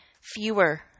fewer